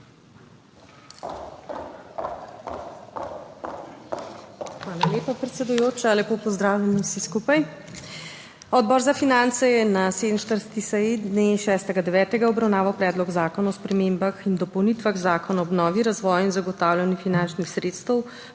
Hvala lepa, predsedujoča. Lepo pozdravljeni vsi skupaj! Odbor za finance je na 47. seji dne 6. 9. obravnaval Predlog zakona o spremembah in dopolnitvah Zakona o obnovi, razvoj in zagotavljanju finančnih sredstev